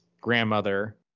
grandmother